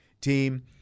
team